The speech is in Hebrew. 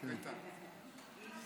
ההצעה להעביר את